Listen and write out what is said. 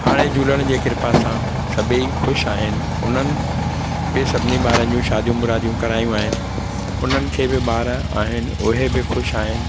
हाणे झूलण जे कृपा सां सभई ख़ुशि आहिनि हुननि बि सभिनि ॿारनि जी शादियूं मुरादियूं करायूं आहिनि उन्हनि खे बि ॿार आहिनि उहे बि ख़ुशि आहिनि